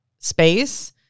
space